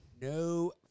no